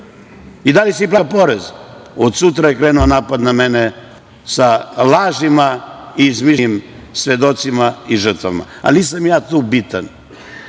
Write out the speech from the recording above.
i da li si platio porez. Od sutra je krenuo napad na mene sa lažima i izmišljenim svedocima i žrtvama. Nisam ja tu